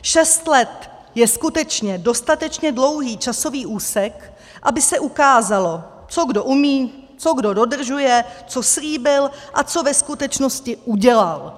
Šest let je skutečně dostatečně dlouhý časový úsek, aby se ukázalo, co kdo umí, co kdo dodržuje, co slíbil a co ve skutečnosti udělal.